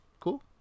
Cool